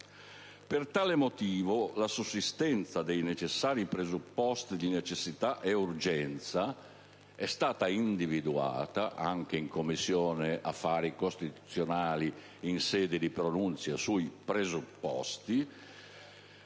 Per tale motivo, la sussistenza degli essenziali presupposti di necessità ed urgenza è stata individuata - anche in Commissione affari costituzionali in sede di pronunzia sui presupposti